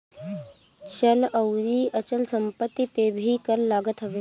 चल अउरी अचल संपत्ति पे भी कर लागत हवे